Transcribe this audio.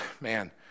man